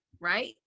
Right